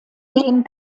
gehen